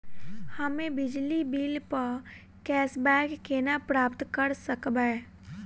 हम्मे बिजली बिल प कैशबैक केना प्राप्त करऽ सकबै?